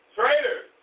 Traitors